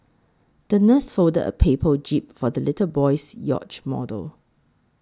the nurse folded a paper jib for the little boy's yacht model